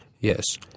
Yes